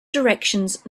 directions